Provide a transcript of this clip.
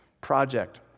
project